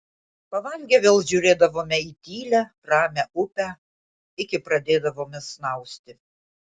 pavalgę vėl žiūrėdavome į tylią ramią upę iki pradėdavome snausti